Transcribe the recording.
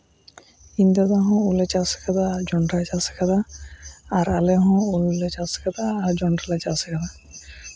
ᱤᱧ ᱫᱟᱫᱟ ᱦᱚᱸ ᱩᱞᱮ ᱪᱟᱥ ᱠᱟᱫᱟ ᱡᱚᱱᱰᱮᱟᱭ ᱪᱟᱥ ᱠᱟᱫᱟ ᱟᱨ ᱟᱞᱮ ᱦᱚᱸ ᱩᱞ ᱞᱮ ᱪᱟᱥ ᱟᱨ ᱡᱚᱱᱰᱨᱟ ᱞᱮ ᱪᱟᱥ ᱠᱟᱫᱟ